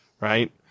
right